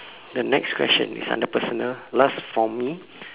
the next question is under personal last from me